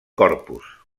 corpus